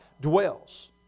dwells